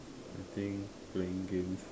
I think playing games